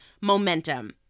momentum